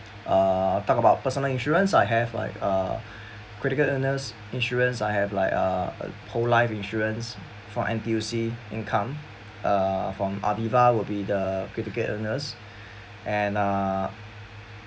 uh talk about personal insurance I have like uh critical illness insurance I have like uh whole life insurance for N_T_U_C income uh from Aviva will be the critical illness and (uh